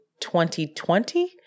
2020